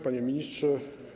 Panie Ministrze!